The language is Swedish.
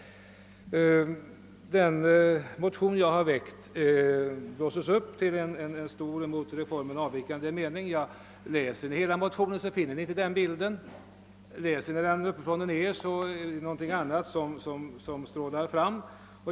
Den motion jag har väckt blåses nu upp till en mot reformen starkt kritisk meningsyttring. Men läser ni hela motionen från början till slut, så skall ni finna att det är någonting annat som där strålar fram.